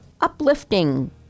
uplifting